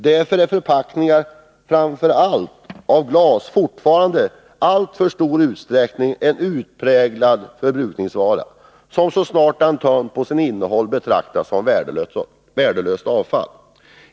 Därför är förpackningar av framför allt glas fortfarande i alltför stor utsträckning en utpräglad förbrukningsvara, som så snart den tömts på sitt innehåll betraktas som värdelöst avfall.